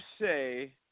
say